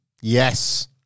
Yes